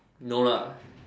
no lah